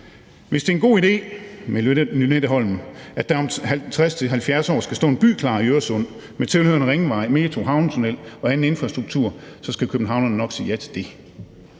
Hvis det er en god idé med Lynetteholmen, og at der om 50 til 70 år skal stå en by klar i Øresund med tilhørende ringvej, metro, havnetunnel og anden infrastruktur, så skal københavnerne nok sige ja til det.